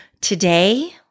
Today